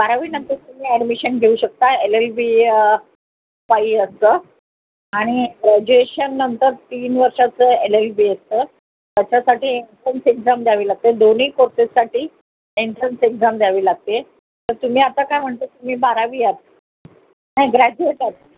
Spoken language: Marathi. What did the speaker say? बारावीनंतर तुम्ही ॲडमिशन घेऊ शकता एल एल बी काही असं आणि ग्रॅज्युएशननंतर तीन वर्षाचं एल एल बी असतं त्याच्यासाठी एन्ट्रन्स एक्झाम द्यावी लागते दोनही प्रोसेससाठी एन्ट्रन्स एक्झाम द्यावी लागते तर तुम्ही आता काय म्हणता तुम्ही बारावी आहात नाही ग्रॅज्युएट आहात